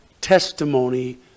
testimony